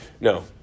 no